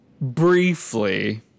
briefly